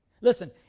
Listen